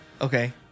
Okay